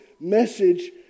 message